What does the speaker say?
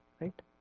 Right